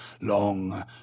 long